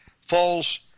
falls